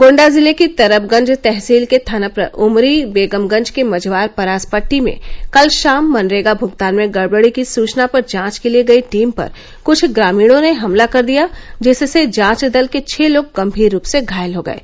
गोण्डा जिले की तरबगंज तहसील के थाना उमरी बेगमगंज के मझवार परास पट्टी में कल शाम मनरेगा भुगतान में गड़बड़ी की सुचना पर जांच के लिए गयी टीम पर कृछ ग्रामीणों ने हमला कर दिया जिसमें जांच दल के छह लोग गंभीर रूप से घायल हो गये